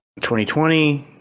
2020